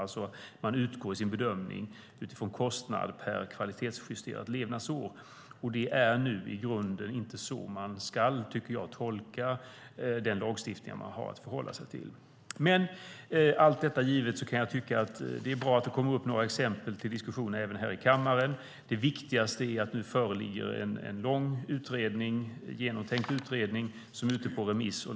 Man utgår alltså i sin bedömning från kostnad per kvalitetsjusterat levnadsår. Och det är i grunden inte så man ska, tycker jag, tolka den lagstiftning man har att förhålla sig till. Men allt detta givet kan jag tycka att det är bra att det kommer upp några exempel till diskussion även här i kammaren. Det viktigaste är att det nu föreligger en lång och genomtänkt utredning som är ute på remiss.